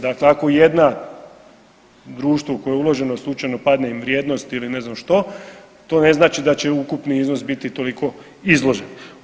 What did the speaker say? Dakle, ako jedno društvo u koje je uloženo slučajno padne im vrijednost ili ne znam što, to ne znači da će ukupni iznos biti toliko izložen.